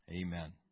Amen